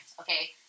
okay